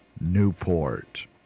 Newport